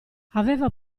aveva